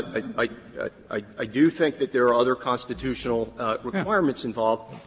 i i do think that there are other constitutional requirements involved.